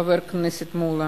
חבר הכנסת מולה,